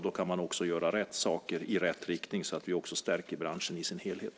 Då kan man göra rätt saker i rätt riktning, så att vi därmed stärker branschen i dess helhet.